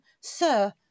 Sir